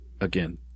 Again